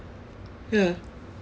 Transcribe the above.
ya